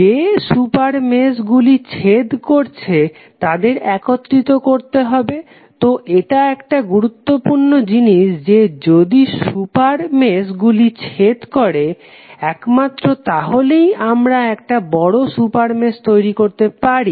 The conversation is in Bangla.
যে সুপার মেশ গুলি ছেদ করছে তাদের একত্রিত করতে হবে তো এটা একটা গুরুত্বপূর্ণ জিনিস যে যদি সুপার মেশ গুলি ছেদ করে একমাত্র তাহলেই আমরা একটা বড় সুপার মেশ তৈরি করতে পারি